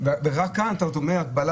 ורק כאן אתה אומר הגבלה.